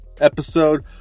episode